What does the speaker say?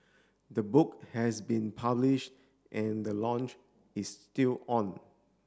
the book has been publish and the launch is still on